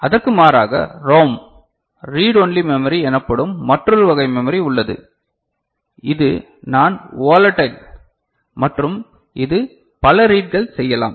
இதற்கு மாறாக ROM read only memory எனப்படும் மற்றொரு வகை மெமரி உள்ளது இது நான் வோலட்டைல் மற்றும் இது பல ரீட்கள் செய்யலாம்